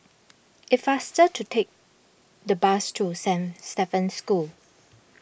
it is faster to take the bus to Saint Stephen's School